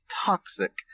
toxic